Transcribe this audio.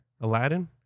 Aladdin